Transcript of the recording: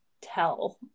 tell